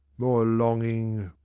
more longing,